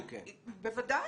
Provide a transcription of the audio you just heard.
בוודאי.